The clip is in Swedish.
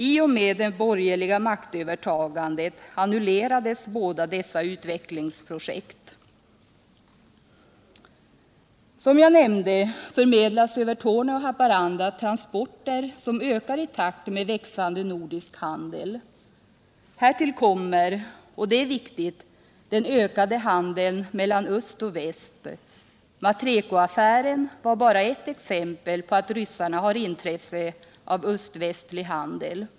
I och med det borgerliga maktövertagandet annullerades båda dessa utvecklingsprojekt. Som jag nämnde förmedlas över Torneå-Haparanda transporter som ökar i takt med växande nordisk handel. Härtill kommer — och det är viktigt — den ökade handeln mellan öst och väst. Matrecoaffären var bara ett exempel på att ryssarna har intresse av öst-västlig handel.